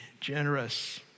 generous